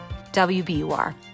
WBUR